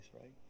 right